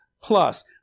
plus